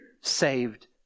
saved